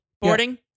boarding